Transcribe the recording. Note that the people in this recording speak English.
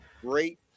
great